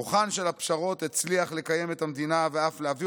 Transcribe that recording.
כוחן של הפשרות הצליח לקיים את המדינה ואף להביא